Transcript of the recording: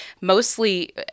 mostly